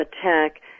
attack